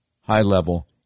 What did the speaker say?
high-level